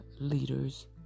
leaders